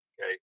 Okay